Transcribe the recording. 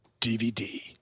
DVD